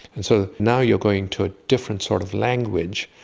and so now you're going to a different sort of language,